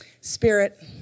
Spirit